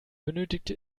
benötigte